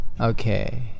okay